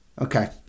Okay